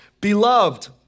Beloved